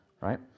right